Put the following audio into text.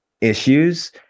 issues